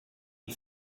die